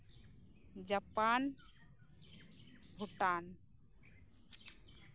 Japan Bhutan